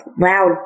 loud